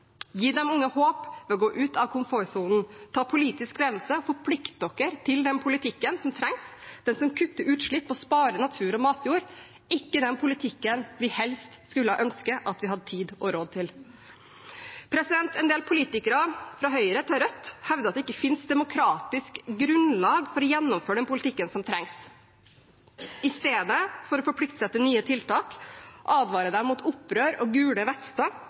Gi de unge håp ved å gå ut av komfortsonen. Ta politisk ledelse og forplikt dere til den politikken som trengs, den som kutter utslipp og sparer natur og matjord – ikke den politikken vi helst skulle ønske vi hadde tid og råd til. En del politikere, fra Høyre til Rødt, hevder at det ikke finnes demokratisk grunnlag for å gjennomføre den politikken som trengs. I stedet for å forplikte seg til nye tiltak advarer de mot opprør og gule vester